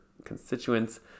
constituents